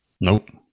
Nope